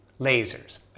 lasers